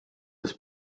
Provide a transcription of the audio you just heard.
this